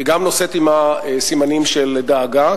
וגם נושאת עמה סימנים של דאגה,